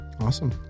awesome